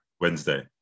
Wednesday